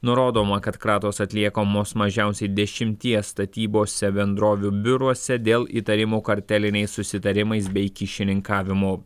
nurodoma kad kratos atliekamos mažiausiai dešimties statybose bendrovių biuruose dėl įtarimų karteliniais susitarimais bei kyšininkavimu